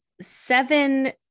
seven